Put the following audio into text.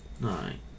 nine